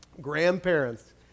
grandparents